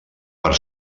per